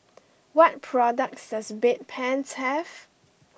what products does Bedpans have